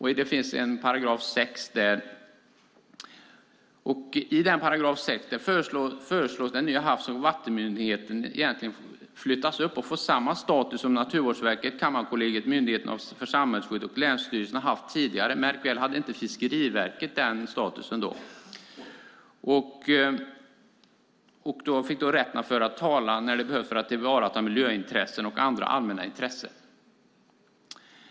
I 6 § föreslås att den nya Havs och vattenmyndigheten ska flyttas upp och få samma status som Naturvårdsverket, Kammarkollegiet, Myndigheten för samhällsskydd och länsstyrelsen har haft tidigare. Märk väl att Fiskeriverket inte har haft den statusen. Havs och vattenmyndigheten får rätten att föra talan för att tillvarata miljöintressen och andra allmänna intressen.